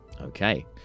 Okay